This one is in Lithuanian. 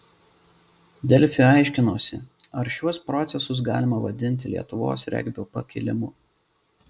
delfi aiškinosi ar šiuos procesus galima vadinti lietuvos regbio pakilimu